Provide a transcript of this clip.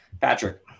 Patrick